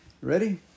Ready